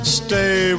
stay